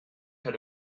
had